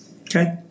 Okay